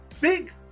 big